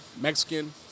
Mexican